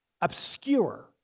obscure